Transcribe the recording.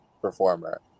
performer